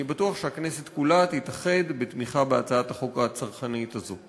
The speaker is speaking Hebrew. אני בטוח שהכנסת כולה תתאחד בתמיכה בהצעת החוק הצרכנית הזו.